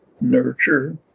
nurture